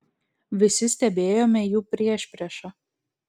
visi stebėjome jų priešpriešą